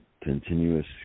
continuous